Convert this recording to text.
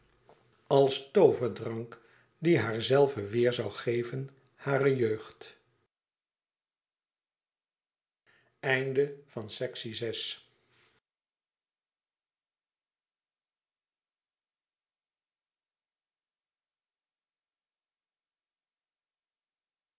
als tooverdrank die haarzelve weêr zoû geven hare jeugd